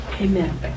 Amen